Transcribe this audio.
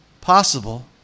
possible